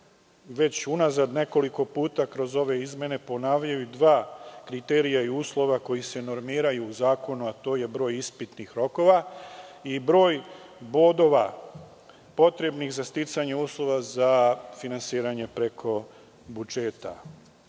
već unazad nekoliko puta kroz ove izmene ponavljaju dva kriterijuma i uslova koji se normiraju u zakonu, a to je broj ispitnih rokova i broj bodova potrebnih za sticanje uslova za finansiranje preko budžeta